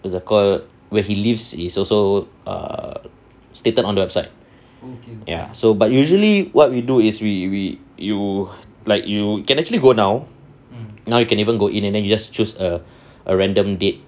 what's that called where he lives is also err stated on the website ya so but usually what we do is we we you like you can actually go down now you can even go in and then you just choose a a random date